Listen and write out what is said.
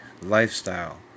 lifestyle